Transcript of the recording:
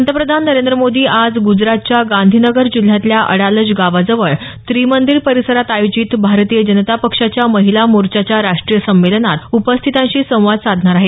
पंतप्रधान नरेंद्र मोदी आज गुजरातच्या गांधीनगर जिल्ह्यातल्या अडालज गावाजवळ त्रिमंदिर परिसरात आयोजित भारतीय जनता पक्षाच्या महिला मोर्चाच्या राष्टीय संमेलनात उपस्थितांशी संवाद साधणार आहेत